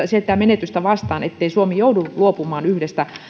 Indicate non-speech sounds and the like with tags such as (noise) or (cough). (unintelligible) sitä menetystä vastaan ettei suomi joudu luopumaan yhdestä